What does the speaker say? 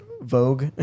vogue